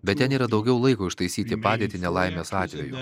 bet ten yra daugiau laiko ištaisyti padėtį nelaimės atveju